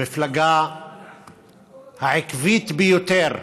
המפלגה העקבית ביותר,